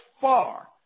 far